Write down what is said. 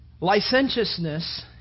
Licentiousness